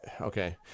Okay